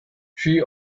she